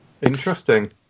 Interesting